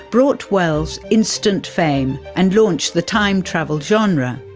brought wells instant fame and launched the time travel genre.